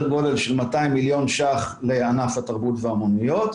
גודל של 200 מיליון ₪ לענף התרבות והאמנויות,